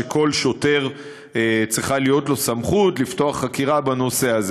שכל שוטר צריכה להיות לו סמכות לפתוח חקירה בנושא הזה.